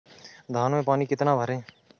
धान में पानी कितना भरें?